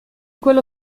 quello